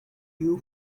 you